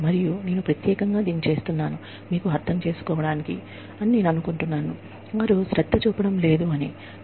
మరియు నేను ప్రత్యేకంగా దీన్ని చేస్తున్నాను మీకు అర్థం చేసుకోవడానికి వారు శ్రద్ధ చూపడం లేదు అని నేను అనుకుంటున్నాను